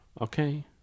okay